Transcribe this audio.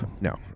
No